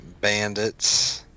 bandits